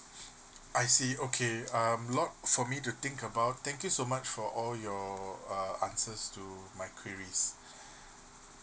I see okay um a lot for me to think about thank you so much for all your uh answers to my queries